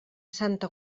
santa